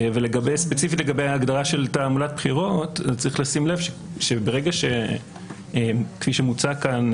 ספציפית לגבי ההגדרה של תעמולת בחירות צריך לשים לב שכפי שמוצע כאן,